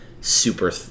super